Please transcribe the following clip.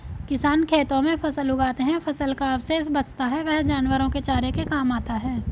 किसान खेतों में फसल उगाते है, फसल का अवशेष बचता है वह जानवरों के चारे के काम आता है